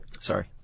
Sorry